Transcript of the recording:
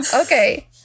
Okay